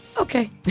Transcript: okay